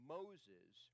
Moses